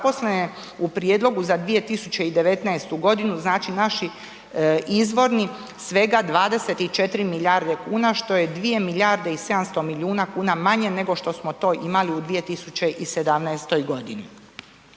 zaposlene u prijedlogu za 2019.g., znači, naši izvorni svega 24 milijarde kuna, što je 2 milijarde i 700 milijuna kuna manje nego što smo to imali u 2017.g.